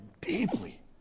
deeply